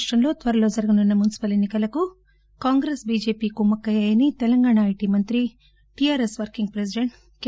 రాష్టంలో త్వరలో జరగనున్న మున్నిపల్ ఎన్ని కలకు కాంగ్రెస్ బీజేపీ కుమ్మక్కయ్యాయని తెలంగాణ ఐటీ మంత్రి టీఆర్ఎస్ వర్కింగ్ ప్రెసిడెంట్ కె